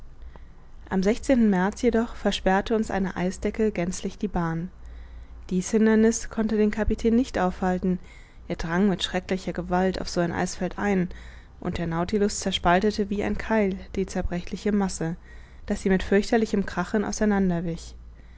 am märz jedoch versperrte uns eine eisdecke gänzlich die bahn dies hinderniß konnte den kapitän nicht aufhalten er drang mit schrecklicher gewalt auf so ein eisfeld ein und der nautilus zerspaltete wie ein keil die zerbrechliche masse daß sie mit fürchterlichem krachen auseinander